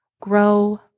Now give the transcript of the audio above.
grow